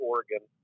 Oregon